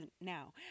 now